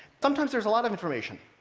sometimes there's a lot of information.